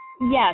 Yes